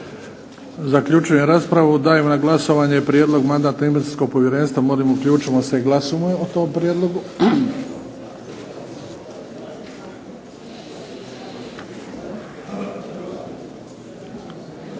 Zaključujem raspravu. Dajem na glasovanje prijedlog Mandatno-imunitetnog povjerenstva. Molim uključimo se i glasujmo o tom prijedlogu.